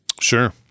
Sure